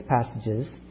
passages